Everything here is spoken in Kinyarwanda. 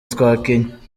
twakinnye